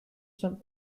some